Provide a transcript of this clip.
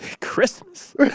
Christmas